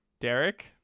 Derek